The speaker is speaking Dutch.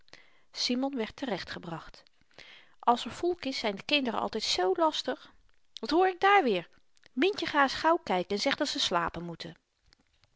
simon werd terechtgebracht als er volk is zyn de kinderen altyd zoo lastig wat hoor ik daar weer myntje ga ns gauw kyken en zeg dat ze slapen moeten